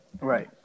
Right